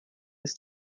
ist